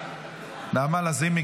נעמה לזימי,